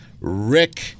Rick